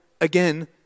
again